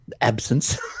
absence